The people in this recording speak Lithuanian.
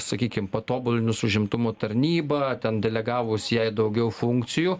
sakykim patobulinus užimtumo tarnybą ten delegavus jai daugiau funkcijų